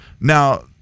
Now